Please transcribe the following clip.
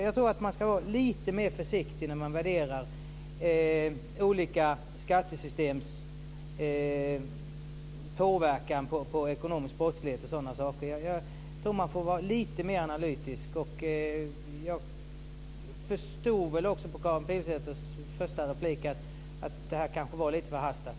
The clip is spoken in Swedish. Jag tror att man ska vara lite mer försiktig när man värderar olika skattesystems påverkan på ekonomisk brottslighet osv. Jag tror att man får vara lite mer analytisk. Av Karin Pilsäters första replik förstår jag också att detta kanske var lite förhastat.